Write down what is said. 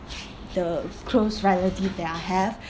the close relative that I have